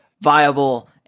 viable